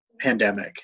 pandemic